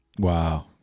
Wow